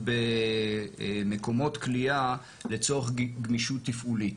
במקומות כליאה לצורך גמישות תפעולית.